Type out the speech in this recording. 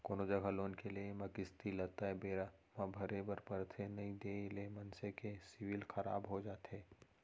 कोनो जघा लोन के लेए म किस्ती ल तय बेरा म भरे बर परथे नइ देय ले मनसे के सिविल खराब हो जाथे